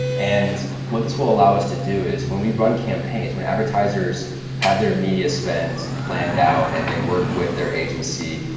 and what this will allow us to do is when we run campaigns, when advertisers have their media spends planned out and they work with their agency,